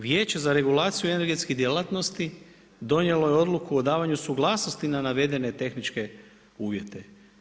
Vijeće za regulaciju energetskih djelatnosti donijelo je odluku o davanju suglasnosti na naveden tehničke uvjete.